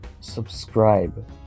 Subscribe